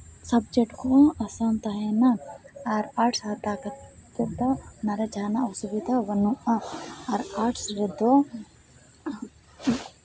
subject ᱠᱚ ᱟᱥᱟᱱ ᱛᱟᱦᱮᱱᱟ ᱟᱨ ᱟᱨᱴᱥ ᱦᱟᱛᱟᱣ ᱛᱮᱫᱚ ᱚᱱᱟ ᱨᱮ ᱡᱟᱦᱟᱱᱟᱜ ᱚᱥᱩᱵᱤᱫᱷᱟ ᱵᱟᱹᱱᱩᱜᱼᱟ ᱟᱨ ᱟᱨᱴᱥ ᱨᱮᱫᱚ